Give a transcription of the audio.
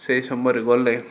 ସେଇ ସମୟରେ ଗଲେ